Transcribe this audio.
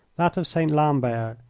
that of st. lambert,